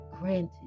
granted